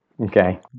Okay